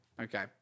Okay